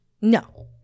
no